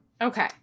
Okay